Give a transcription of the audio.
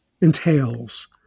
entails